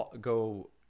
go